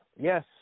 yes